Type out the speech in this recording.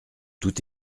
tout